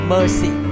Mercy